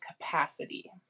capacity